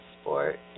sport